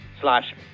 slash